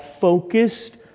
focused